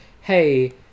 hey